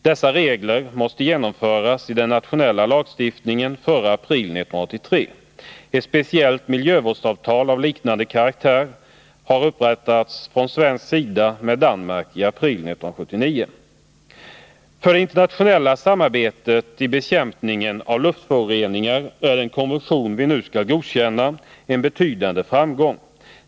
Dessa regler måste genomföras i den nationella lagstiftningen före april 1983. Ett speciellt miljövårdsavtal av liknande karaktär har upprättats mellan Sverige och Danmark i april 1979. För det internationella samarbetet vid bekämpningen av luftföroreningar är den konvention vi nu skall godkänna en betydande framgång.